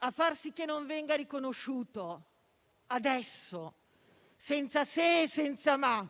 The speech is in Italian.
a far sì che non venga riconosciuto adesso, senza se e senza ma,